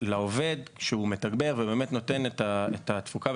לעובד שהוא מתגבר ובאמת נותן את התפוקה,